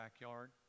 backyard